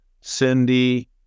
Cindy